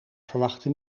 verwachte